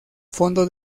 fondo